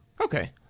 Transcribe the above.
Okay